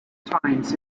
times